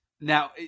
Now